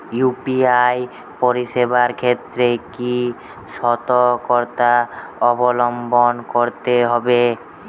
UPI পরিসেবার ক্ষেত্রে কি সতর্কতা অবলম্বন করতে হবে?